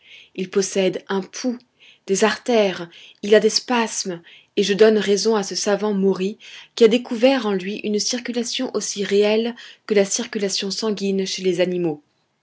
il possède un pouls des artères il a ses spasmes et je donne raison à ce savant maury qui a découvert en lui une circulation aussi réelle que la circulation sanguine chez les animaux